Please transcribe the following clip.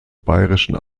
bayerischen